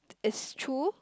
it's true